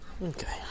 Okay